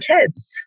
kids